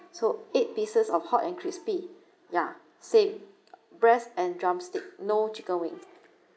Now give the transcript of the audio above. so eight pieces of hot and crispy ya same breast and drumstick no chicken wing